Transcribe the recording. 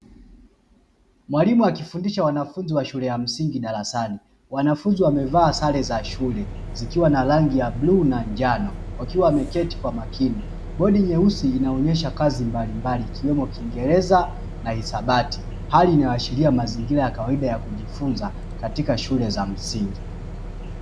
Mwalimu akifundisha wanafunzi wa shule ya msingi darasani. Wanafunzi wamevaa sare za shule zikiwa na rangi ya bluu na njano, wakiwa wameketi kwa makini, bodi nyeusi inaonyesha kazi mbalimbali, ikiwemo kiingereza na hisabati. Hali inayoashiria mazingira ya kawaida ya kujifunza katika shule za msingi.